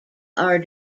are